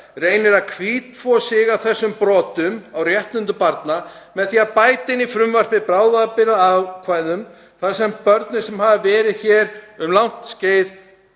reynir að hvítþvo sig af þessum brotum á réttindum barna með því að bæta inn í frumvarpið bráðabirgðaákvæðum þar sem börnum sem hafa verð hér um langt skeið